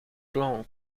blanc